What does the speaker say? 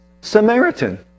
Samaritan